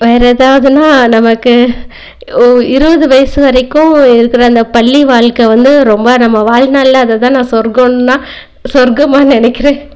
வேறு ஏதாவதுனா நமக்கு ஓ இருபது வயசு வரைக்கும் இருக்குகிற அந்த பள்ளி வாழ்க்கை வந்து ரொம்ப நம்ம வாழ்நாளில் அதை தான் நான் சொர்க்கன்னா சொர்க்கமாக நினைக்கிறேன்